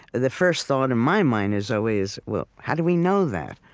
the first thought in my mind is always, well, how do we know that?